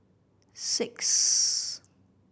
six